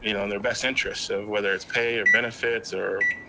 you know and their best interests of whether it's pay or benefits or